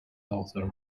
author